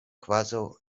kvazaŭ